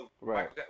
right